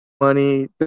money